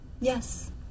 Yes